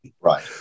Right